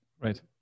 Right